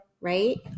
right